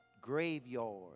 graveyard